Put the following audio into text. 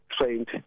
trained